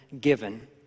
given